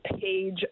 page